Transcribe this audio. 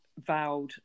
Vowed